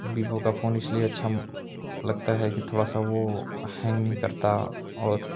बिबो का फोन इसलिए अच्छा लगता है कि थोड़ा सा वो हैंग नहीं करता और